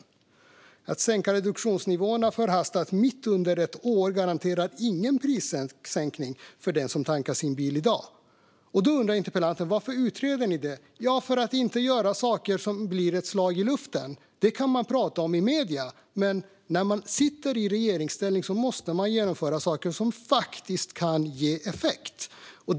Att förhastat sänka reduktionsnivåerna mitt under ett år garanterar ingen prissänkning för den som tankar sin bil i dag. Då undrar interpellanten varför vi utreder detta. Det gör vi för att inte göra saker som blir ett slag i luften. Det kan man prata om i medierna, men när man sitter i regeringsställning måste man genomföra saker som faktiskt kan ge effekt.